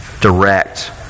direct